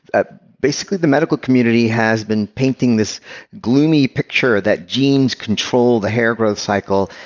ah basically the medical community has been painting this gloomy picture that genes control the hair growth cycle,